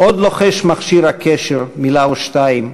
"עוד לוחש מכשיר הקשר/ מילה או שתיים,